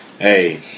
Hey